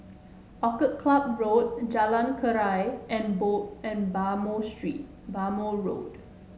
Orchid Club Road Jalan Keria and and Bhamo street Bhamo Road